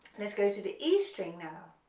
let's go to the e string now,